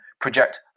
project